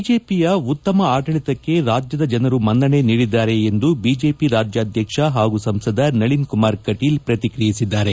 ಬಿಜೆಪಿಯ ಉತ್ತಮ ಆದಳಿತಕ್ಕೆ ರಾಜ್ಯದ ಜನರು ಮನ್ನಣೆ ನೀಡಿದ್ದಾರೆ ಎಂದು ಬಿಜೆಪಿ ರಾಜ್ಯಾಧ್ಯಕ್ಷ ಹಾಗೂ ಸಂಸದ ನಳಿನ್ ಕುಮಾರ್ ಕಟೀಲ್ ಪ್ರತಿಕ್ರಿಯಿಸಿದ್ದಾರೆ